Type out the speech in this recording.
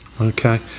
Okay